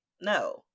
no